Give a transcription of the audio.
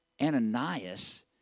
Ananias